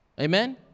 Amen